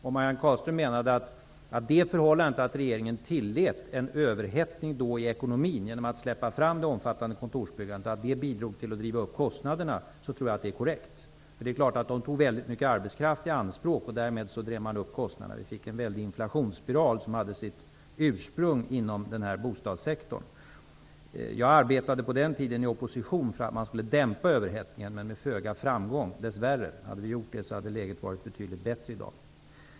Om Marianne Carlström menar att det förhållandet att regeringen då tillät en överhettning i ekonomin, genom att släppa fram det omfattande kontorsbyggandet, bidrog till att driva upp kostnaderna tror jag att det är korrekt. Det är klart att detta tog mycket arbetskraft i anspråk. Därmed drevs kostnaderna upp. Det uppstod en väldig inflationsspiral som hade sitt ursprung inom denna bostadssektor. På den tiden arbetade jag, dess värre med föga framgång, i opposition för att överhettningen skulle dämpas. Om den hade gjort det skulle läget ha varit betydligt bättre i dag.